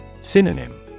Synonym